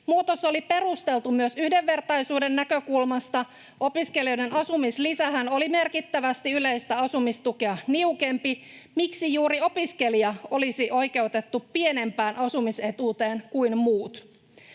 Muutos oli perusteltu myös yhdenvertaisuuden näkökulmasta. Opiskelijoiden asumislisähän oli merkittävästi yleistä asumistukea niukempi — miksi juuri opiskelija olisi oikeutettu pienempään asumisetuuteen kuin muut?